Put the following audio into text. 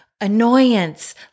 annoyance